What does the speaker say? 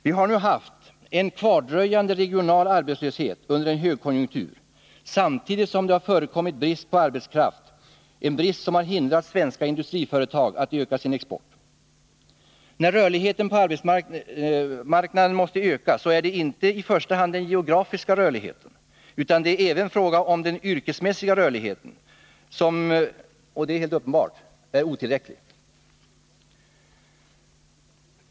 Vi har nu haft en kvardröjande regional arbetslöshet under en högkonjunktur, samtidigt som brist på arbetskraft hindrat svenska industriföretag att öka sin export. När rörligheten på arbetsmarknaden måste öka är det inte i första hand den geografiska rörligheten man tänker på, utan den yrkesmässiga rörligheten, som helt uppenbart är otillräcklig.